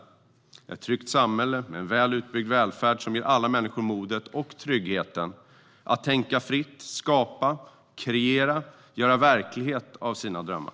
Vi har ett tryggt samhälle med en väl utbyggd välfärd som ger alla människor modet och tryggheten att tänka fritt, skapa, kreera och göra verklighet av sina drömmar.